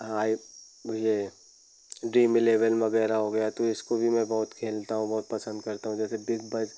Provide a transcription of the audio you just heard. high भुइए Dream Eleven वगैरह हो गया तो इसको भी मैं बहुत खेलता हूँ बहुत पसंद करता हूँ जैसे बीस बाईस